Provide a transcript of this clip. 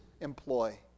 employ